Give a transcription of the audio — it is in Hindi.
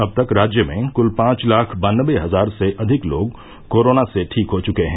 अब तक राज्य में क्ल पांच लाख बान्नबे हजार से अधिक लोग कोरोना से ठीक हो चुके हैं